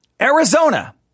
Arizona